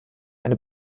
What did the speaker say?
eine